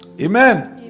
Amen